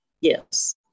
Yes